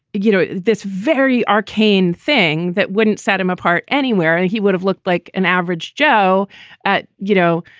you know, this very arcane thing that wouldn't set him apart anywhere. and he would have looked like an average joe at, you know,